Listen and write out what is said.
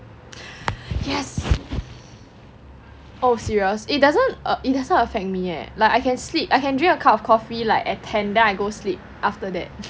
oh serious it doesn't it doesn't affect me leh like I can sleep I can drink a cup of coffee like at ten then I go sleep after that